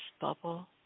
bubble